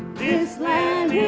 this land